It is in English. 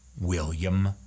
William